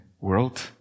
world